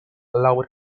allowed